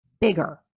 bigger